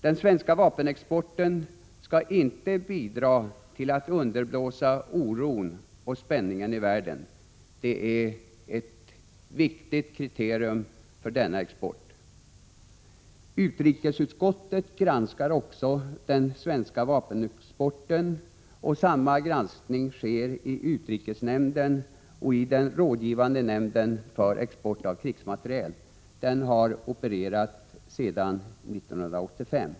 Den svenska vapenexporten skall inte bidra till att underblåsa oron och spänningarna i världen. Detta är ett viktigt kriterium för vapenexporten. Utrikesutskottet granskar den svenska vapenexporten, och en sådan granskning företas också i utrikesnämnden och i den rådgivande nämnden för export av krigsmateriel. Denna nämnd har varit verksam sedan 1985.